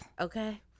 okay